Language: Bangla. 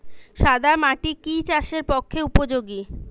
সাদা মাটি কি চাষের পক্ষে উপযোগী?